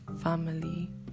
family